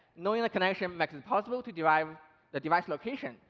knowing the connection makes it possible to derive the device location,